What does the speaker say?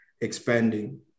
expanding